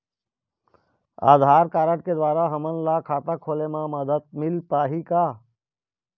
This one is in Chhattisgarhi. आधार कारड के द्वारा हमन ला खाता खोले म मदद मिल पाही का?